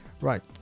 Right